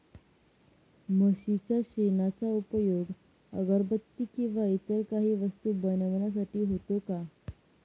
म्हशीच्या शेणाचा उपयोग अगरबत्ती किंवा इतर काही वस्तू बनविण्यासाठी होतो का?